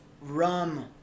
rum